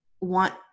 want